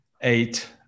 eight